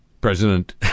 President